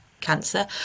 cancer